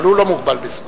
אבל הוא לא מוגבל בזמן.